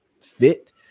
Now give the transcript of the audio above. fit